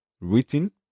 written